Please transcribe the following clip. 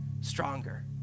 stronger